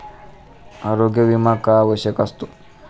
आरोग्य विमा का आवश्यक असतो?